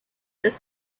this